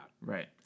Right